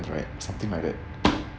right something like that